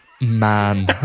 Man